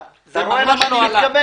זה ממש לא עלה.